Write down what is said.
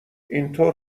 اینطور